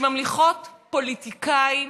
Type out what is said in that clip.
שממליכות פוליטיקאים